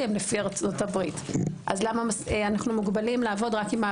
ארצות הברית היא מוכרת למיטב